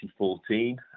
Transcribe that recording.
2014